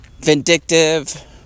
vindictive